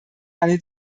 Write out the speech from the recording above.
eine